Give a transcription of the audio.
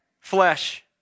flesh